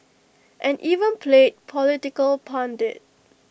and even played political pundit